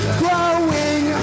growing